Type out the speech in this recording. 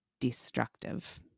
destructive